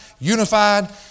unified